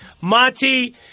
Monty